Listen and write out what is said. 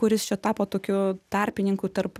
kuris čia tapo tokiu tarpininku tarp